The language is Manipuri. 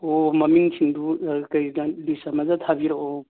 ꯑꯣ ꯃꯃꯤꯡꯁꯤꯡꯗꯨ ꯑꯥ ꯂꯤꯁ ꯑꯃꯗ ꯊꯥꯕꯤꯔꯛꯑꯣ